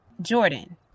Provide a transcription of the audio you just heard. Jordan